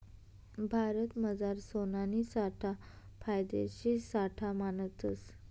भारतमझार सोनाना साठा फायदेशीर साठा मानतस